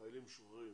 לחיילים משוחררים